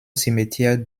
cimetière